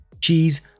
cheese